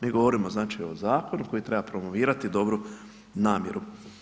Mi govorimo znači o zakonu koji treba promovirati dobru namjeru.